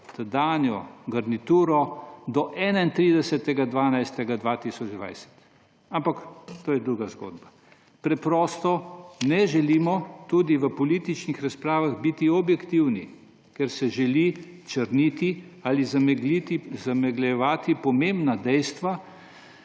tedanjo garnituro do 31. 12. 2020. Ampak to je druga zgodba. Preprosto ne želimo tudi v političnih razpravah biti objektivni, ker se želi črniti ali zamegljevati pomembna dejstva,